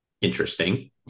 Interesting